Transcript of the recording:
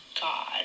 god